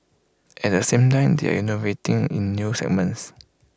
at the same time they are innovating in new segments